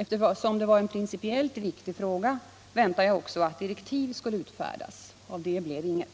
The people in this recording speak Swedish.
Eftersom det var en principiellt viktig fråga, väntade jag också att direktiv skulle utfärdas. Därav blev dock ingenting.